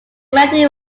melody